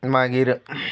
मागीर